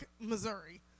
Missouri